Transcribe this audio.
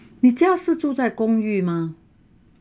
你家是住在公寓吗